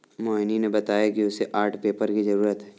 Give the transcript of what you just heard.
मोहिनी ने बताया कि उसे आर्ट पेपर की जरूरत है